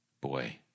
boy